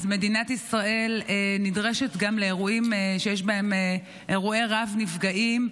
מדינת ישראל נדרשת גם לאירועים שיש בהם אירועים רבי-נפגעים,